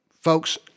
folks